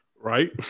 Right